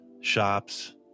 shops